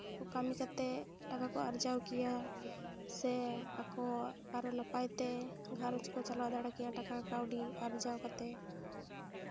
ᱠᱚ ᱠᱟᱹᱢᱤ ᱠᱟᱛᱮ ᱴᱟᱠᱟ ᱠᱚ ᱟᱨᱡᱟᱣ ᱜᱮᱭᱟ ᱥᱮ ᱟᱠᱚᱣᱟᱜ ᱟᱨᱚ ᱱᱟᱯᱟᱭ ᱛᱮ ᱜᱷᱟᱨᱚᱸᱡᱽ ᱠᱚ ᱪᱟᱞᱟᱣ ᱫᱟᱲᱮ ᱠᱮᱭᱟ ᱴᱟᱠᱟ ᱠᱟᱹᱣᱰᱤ ᱟᱨᱡᱟᱣ ᱠᱟᱛᱮ